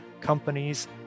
companies